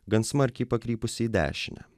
gan smarkiai pakrypusi į dešinę